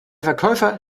verkäufer